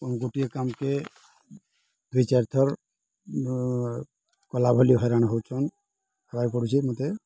କ'ଣ ଗୋଟିଏ କାମ୍କେ ଦୁଇ ଚାରି ଥର କଲାଭଲି ହଇରାଣ ହଉଛନ୍ ଖାଇ ପଡ଼ୁଚି ମୋତେ